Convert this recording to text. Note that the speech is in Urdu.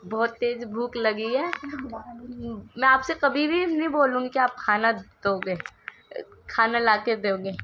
بہت تیج بھوک لگی ہے میں آپ سے کبھی بھی نہیں بولوں گی کہ آپ کھانا دو گے کھانا لا کے دوگے